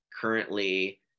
currently